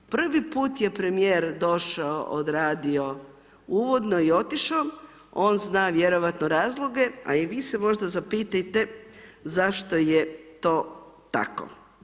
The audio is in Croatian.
Prvi put je premijer došao odradio uvodno i otišo, on zna vjerojatno razloge, a i vi se možda zapitajte zašto je to tako.